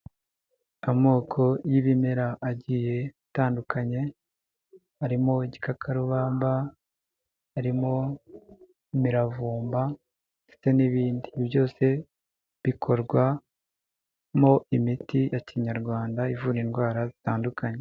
Amoko y'ibimera agiye atandukanye, arimo igikakarubamba, harimo imiravumba, ndetse n'ibindi, ibi byose bikorwamo imiti ya kinyarwanda ivura indwara zitandukanye.